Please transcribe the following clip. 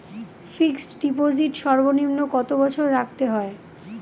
Fixed deposit সর্বনিম্ন কত বছর রাখতে হয়?